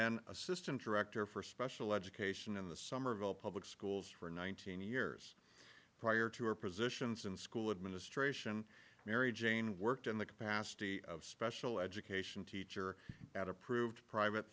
then assistant director for special education in the somerville public schools for nineteen years prior to her positions in school administration mary jane worked in the capacity of special education teacher at approved private